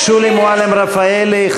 שולי מועלם-רפאלי,